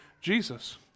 Jesus